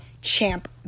Champ